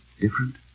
Different